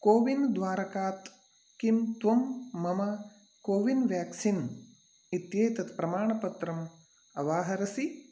CoWIN द्वारकात् किं त्वं मम कोविन् व्याक्सीन् इत्येतत् प्रमाणपत्रं अवाहरसि